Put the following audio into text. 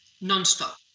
non-stop